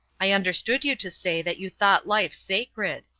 i understood you to say that you thought life sacred.